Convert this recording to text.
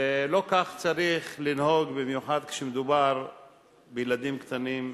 ולא כך צריך לנהוג, במיוחד כשמדובר בילדים קטנים,